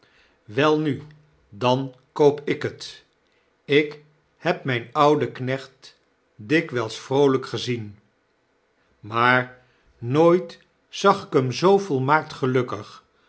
welnu dan koop ik het ik heb myn ouden knecht dikwijls vroolijk gezien maar nooit zag ik hem zoo volmaakt gelukkig